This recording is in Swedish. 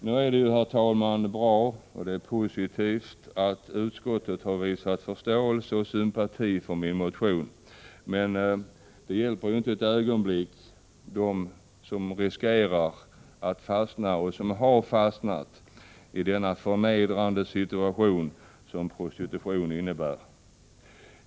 Nu är det, herr talman, bra och positivt att utskottet har visat förståelse och sympati för min motion, men det hjälper inte ett ögonblick dem som riskerar att fastna och har fastnat i den förnedrande situation som prostitution innebär.